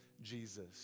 Jesus